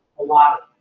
a lot